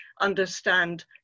understand